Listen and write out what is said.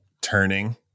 turning